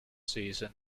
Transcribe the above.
season